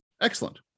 Excellent